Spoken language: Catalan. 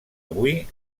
avui